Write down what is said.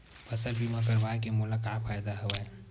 फसल बीमा करवाय के मोला का फ़ायदा हवय?